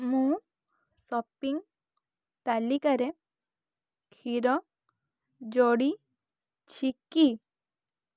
ମୁଁ ସପିଂ ତାଲିକାରେ କ୍ଷୀର ଯୋଡ଼ିଛି କି